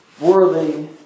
worthy